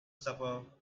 supper